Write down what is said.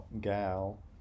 gal